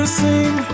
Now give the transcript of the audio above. sing